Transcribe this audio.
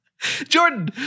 Jordan